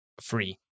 Free